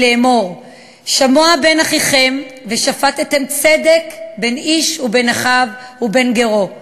לאמֹר שמֹע בין אחֵיכם ושפטתם צדק בין איש ובין אחיו ובין גרו,